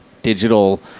Digital